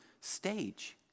stage